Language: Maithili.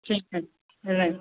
ठीक छै नहि